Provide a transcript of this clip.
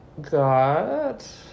got